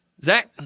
Zach